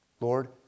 Lord